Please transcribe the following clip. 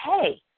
hey